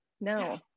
no